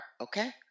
Okay